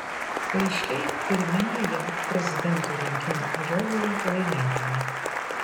paaiškėjo pirminių jav prezidento rinkimų ajovoje laimėtojai